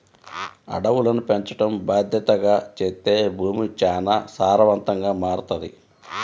అడవులను పెంచడం బాద్దెతగా చేత్తే భూమి చానా సారవంతంగా మారతది